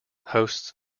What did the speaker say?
hosts